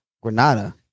Granada